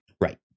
Right